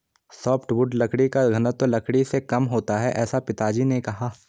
softwood लकड़ी का घनत्व लकड़ी से कम होता है ऐसा पिताजी ने कहा